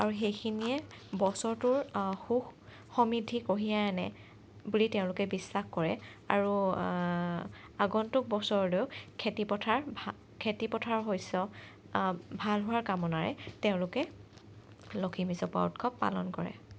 আৰু সেইখিনিয়ে বছৰটোৰ সুখ সমৃদ্ধি কঢ়িয়াই আনে বুলি তেওঁলোকে বিশ্বাস কৰে আৰু আগন্তুক বছৰলৈয়ো খেতি পথাৰ খেতি পথাৰৰ শস্য ভাল হোৱাৰ কামনাৰে তেওঁলোকে লখিমী চপোৱাৰ উৎসৱ পালন কৰে